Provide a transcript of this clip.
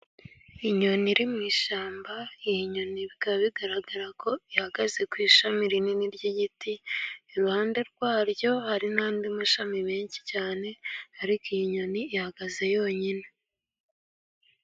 Inyoni iri mu ishyamba, iyi nyoni bikaba bigaragarako ihagaze ku ishami rinini ry'igiti, iruhande rwaryo hari n'andi mashami menshi cyane, ariko iyi nyoni ihagaze yonyine.